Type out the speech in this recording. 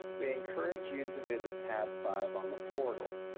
we encourage you to visit tab five on the portal.